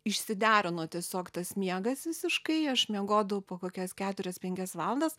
išsiderino tiesiog tas miegas visiškai aš miegodavau po kokias keturias penkias valandas